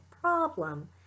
problem